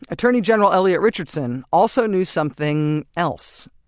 attorney general elliot richardson also knew something else.